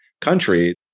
country